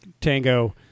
tango